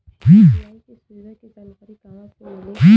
UPI के सुविधा के जानकारी कहवा से मिली?